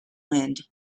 wind